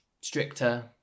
stricter